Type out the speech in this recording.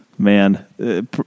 Man